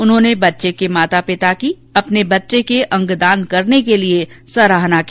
उन्होंने बच्चे के माता पिता की अपने बच्चे के अंगदान करने के लिये सराहना की